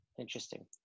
Interesting